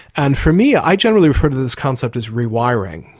and for me, i generally refer to this concept as rewiring.